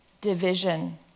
division